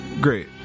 Great